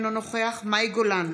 אינו נוכח מאי גולן,